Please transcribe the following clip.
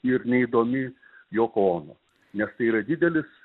ir neįdomi joko ono nes tai yra didelis